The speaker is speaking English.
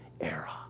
era